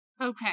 Okay